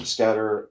Scatter